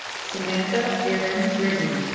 samantha erin gregory